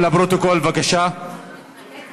אני נותן